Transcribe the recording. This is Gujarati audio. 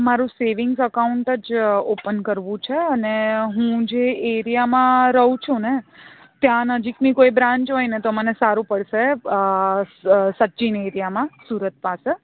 મારું સેવિંગ્સ અકાઉન્ટ જ ઓપન કરવું છે અને હું જે એરિયામાં રહું છું ને ત્યાં નજીકની કોઈ બ્રાન્ચ હોય ને તો મને સારું પડશે સચિન એરિયામાં સુરત પાસે